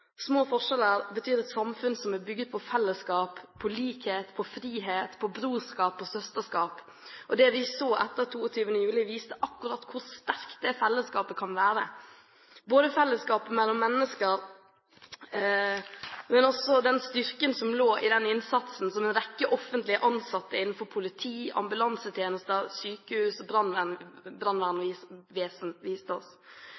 små forskjeller. Små forskjeller betyr et samfunn som er bygd på fellesskap, likhet, frihet, brorskap og søsterskap. Det vi så etter 22. juli, viste akkurat hvor sterkt det fellesskapet kan være – både fellesskapet mellom mennesker, og den styrken som lå i den innsatsen som en rekke offentlige ansatte innenfor politiet, ambulansetjenesten, sykehusene og brannvesenet viste oss.